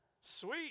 Sweet